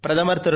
பிரதமர் திரு